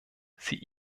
sie